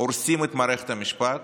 הורסים את מערכת המשפט